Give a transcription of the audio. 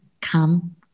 come